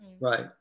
right